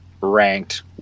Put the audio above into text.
ranked